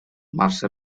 mercè